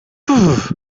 pff